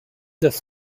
this